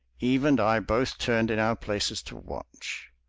eve and i both turned in our places to watch.